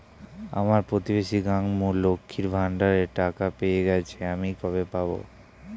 আমার প্রতিবেশী গাঙ্মু, লক্ষ্মীর ভান্ডারের টাকা পেয়ে গেছে, আমি কবে পাব?